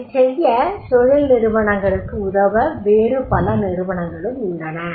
இதைச் செய்ய தொழில் நிறுவனங்களுக்கு உதவ வேறு பல நிறுவனங்களும் உள்ளன